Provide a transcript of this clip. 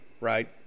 right